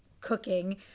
cooking